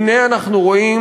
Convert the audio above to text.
הנה אנחנו רואים,